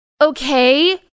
Okay